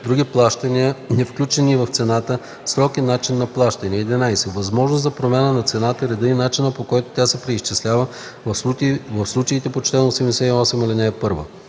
други плащания, невключени в цената, срок и начин на плащане; 11. възможност за промяна на цената, реда и начина, по който тя се преизчислява в случаите по чл. 88, ал. 1; 12.